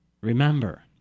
Remember